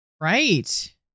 Right